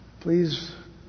please